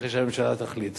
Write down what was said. אחרי שהממשלה תחליט.